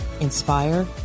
inspire